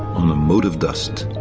on a mote of dust.